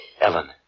Ellen